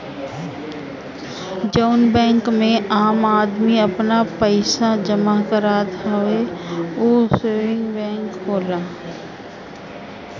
जउन बैंक मे आम आदमी आपन पइसा जमा करत हवे ऊ सेविंग बैंक होला